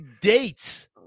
dates